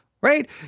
right